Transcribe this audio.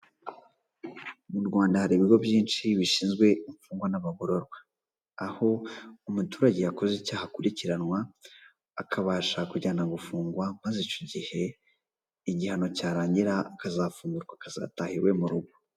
Mu Rwanda hari ibigo byinshi bishinzwe imfungwa n'abagororwa. Aho umuturage yakoze icyaha akurikiranwa akabasha kujyana gufungwa maze icyo gihe igihano cyarangira akazafungurwa akazataha iwe mu rugo.